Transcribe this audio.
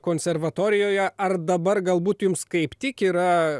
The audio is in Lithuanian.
konservatorijoje ar dabar galbūt jums kaip tik yra